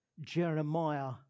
Jeremiah